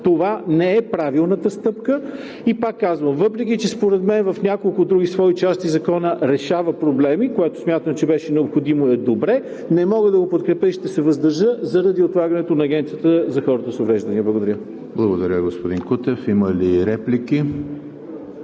това не е правилната стъпка. И пак казвам, въпреки че според мен в няколко други свои части Законът решава проблеми, което смятам, че беше необходимо и е добре, не мога да го подкрепя и ще се въздържа заради отлагането на Агенцията за хората с увреждания. Благодаря. ПРЕДСЕДАТЕЛ ЕМИЛ ХРИСТОВ: Благодаря, господин Кутев. Има ли реплики?